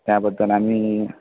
त्याबद्दल आम्ही